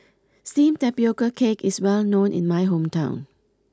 Steamed Tapioca Cake is well known in my hometown